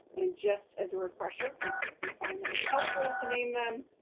and just as a refresher, because we find that it's helpful to name them,